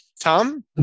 Tom